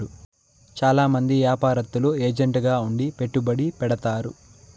చాలా మంది యాపారత్తులు ఏజెంట్ గా ఉండి పెట్టుబడి పెడతారు